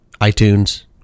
iTunes